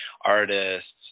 artists